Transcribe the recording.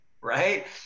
Right